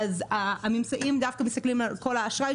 הממצאים מסתכלים דווקא על כל האשראי,